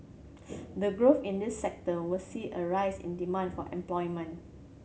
the growth in this sector will see a rise in demand for employment